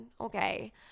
Okay